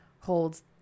holds